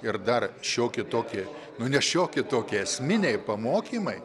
ir dar šiokie tokie nu ne šiokie tokie esminiai pamokymai